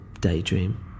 daydream